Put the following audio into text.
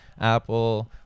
Apple